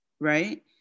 right